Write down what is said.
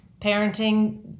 Parenting